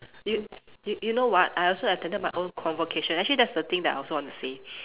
you you you know what I also attended my own convocation actually that's the thing that I also want to say